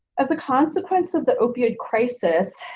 as a consequence of the opioid crisis.